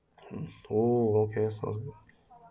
um orh okay so